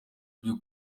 byo